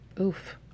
Oof